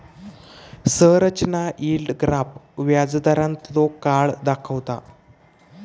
संरचना yield graph व्याजदारांतलो काळ दाखवता